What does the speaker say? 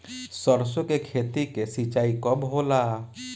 सरसों की खेती के सिंचाई कब होला?